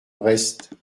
brest